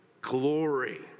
glory